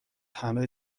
همه